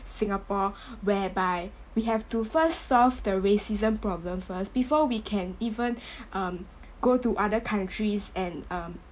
singapore whereby we have to first solve the racism problem first before we can even um go to the other countries and um